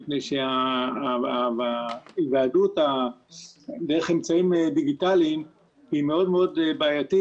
מפני שההיוועדות דרך אמצעים דיגיטליים היא מאוד מאוד בעייתית